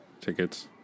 tickets